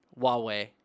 Huawei